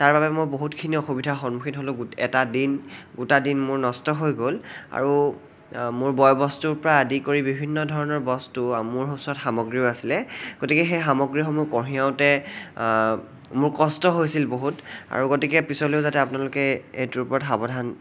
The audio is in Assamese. তাৰ বাবে মোৰ বহুতখিনি অসুবিধা সন্মুখীন হ'লো এটা দিন গোটা দিন মোৰ নষ্ট হৈ গ'ল আৰু মোৰ বয় বস্তুৰ পৰা আদি কৰি বিভিন্ন ধৰণৰ বস্তু মোৰ ওচৰত সামগ্ৰীও আছিলে গতিকে সেই সামগ্ৰীসমূহ কঢ়িয়াওতে মোৰ কষ্ট হৈছিল বহুত আৰু গতিকে পিছলেও যাতে আপোনালোকে এইটোৰ ওপৰত সাৱধান